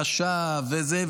חשב וזה,